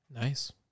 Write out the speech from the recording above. Nice